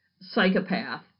psychopath